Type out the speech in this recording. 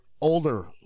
older